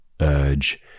urge